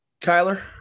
Kyler